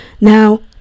Now